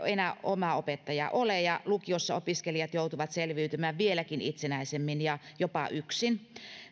omaa opettajaa enää ole ja lukiossa opiskelijat joutuvat selviytymään vieläkin itsenäisemmin ja jopa yksin